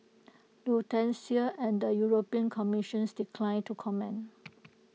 Lufthansa and the european commissions declined to comment